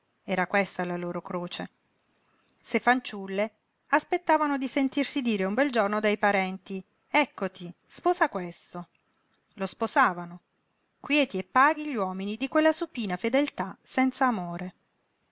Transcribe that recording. loro croce se fanciulle aspettavano di sentirsi dire un bel giorno dai parenti eccoti sposa questo lo sposavano quieti e paghi gli uomini di quella supina fedeltà senza amore